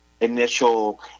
initial